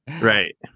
right